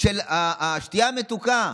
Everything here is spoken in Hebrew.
של השתייה המתוקה.